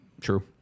true